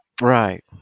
Right